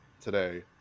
today